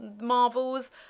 Marvels